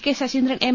K Saseendran M